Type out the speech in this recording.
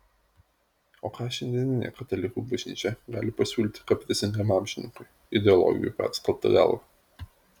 o ką šiandienė katalikų bažnyčia gali pasiūlyti kaprizingam amžininkui ideologijų perskalbta galva